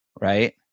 right